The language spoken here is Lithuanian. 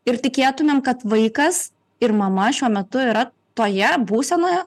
ir tikėtumėm kad vaikas ir mama šiuo metu yra toje būsenoje